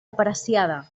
apreciada